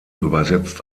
übersetzt